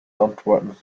antworten